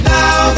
Now